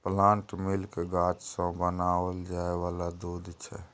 plant milk गाछ सँ बनाओल जाय वाला दूध छै